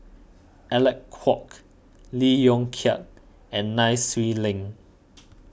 Alec Kuok Lee Yong Kiat and Nai Swee Leng